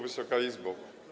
Wysoka Izbo!